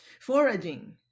foraging